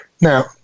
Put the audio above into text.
Now